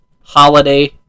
holiday